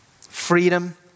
freedom